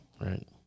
right